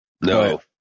No